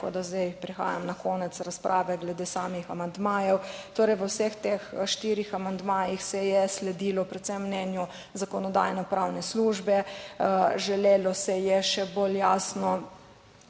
tako, da zdaj prehajam na konec razprave glede samih amandmajev torej v vseh teh štirih amandmajih se je sledilo predvsem mnenju Zakonodajno-pravne službe. Želelo se je še bolj jasno